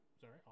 sorry